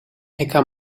hacker